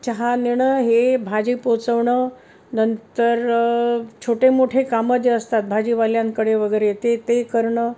चहा नेणं हे भाजी पोचवणं नंतर छोटे मोठे कामं जे असतात भाजीवाल्यांकडे वगैरे ते ते करणं